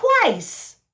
twice